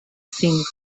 cinc